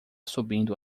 subindo